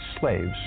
slaves